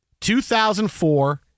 2004